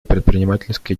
предпринимательской